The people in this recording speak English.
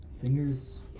Fingers